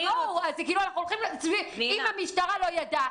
אם המשטרה לא ידעה,